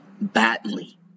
badly